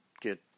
get